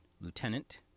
Lieutenant